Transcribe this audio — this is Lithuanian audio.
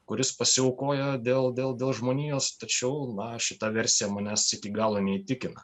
kuris pasiaukoja dėl dėl dėl žmonijos tačiau na šita versija manęs iki galo neįtikina